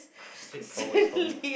sleep forward for me